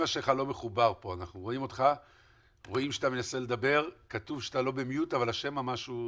בשמע ונחזור.